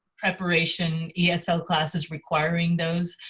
preparation yeah esl classes requiring those